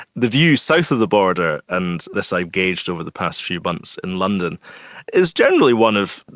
the view south of the border and this i've gauged over the past few months in london is generally one of,